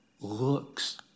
looks